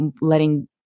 letting